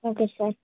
okay sir